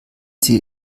sie